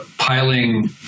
piling